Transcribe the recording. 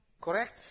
Correct